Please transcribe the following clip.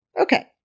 Okay